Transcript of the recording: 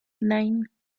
nine